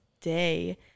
day